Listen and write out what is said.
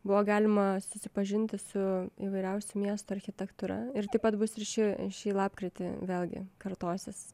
buvo galima susipažinti su įvairiausių miestų architektūra ir taip pat bus ir šį šį lapkritį vėlgi kartosis